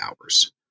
hours